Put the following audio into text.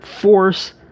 force